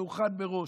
זה הוכן מראש.